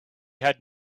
had